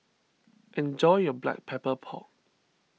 enjoy your Black Pepper Pork